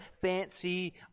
fancy